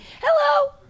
Hello